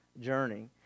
journey